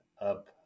up